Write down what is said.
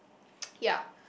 ya